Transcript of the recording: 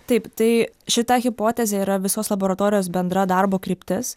taip tai šita hipotezė yra visos laboratorijos bendra darbo kryptis